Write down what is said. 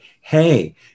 hey